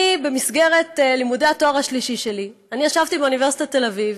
במסגרת לימודי התואר השלישי שלי ישבתי באוניברסיטת תל אביב,